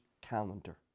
calendar